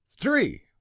three